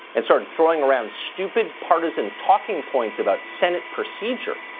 and started throwing around stupid partisan talking points about senate procedure.